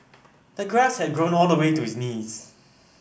the grass had grown all the way to his knees